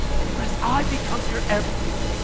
and unless i become your everything